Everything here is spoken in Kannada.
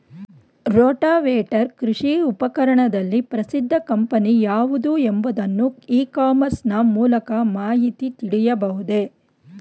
ರೋಟಾವೇಟರ್ ಕೃಷಿ ಉಪಕರಣದಲ್ಲಿ ಪ್ರಸಿದ್ದ ಕಂಪನಿ ಯಾವುದು ಎಂಬುದನ್ನು ಇ ಕಾಮರ್ಸ್ ನ ಮೂಲಕ ಮಾಹಿತಿ ತಿಳಿಯಬಹುದೇ?